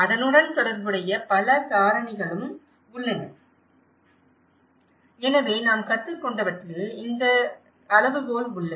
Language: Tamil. அதனுடன் தொடர்புடைய பல காரணிகளும் உள்ளன எனவே நாம் கற்றுக்கொண்டவற்றில் இந்த அளவுகோல் உள்ளது